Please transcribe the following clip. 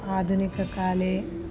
आधुनिककाले